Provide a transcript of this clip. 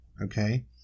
Okay